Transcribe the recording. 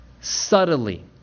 subtly